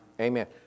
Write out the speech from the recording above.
Amen